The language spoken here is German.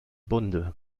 bunde